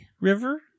River